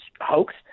hoax